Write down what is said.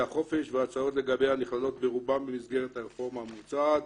החופש והצעות לגביה נכללות ברובן במסגרת הרפורמה המוצעת.